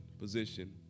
position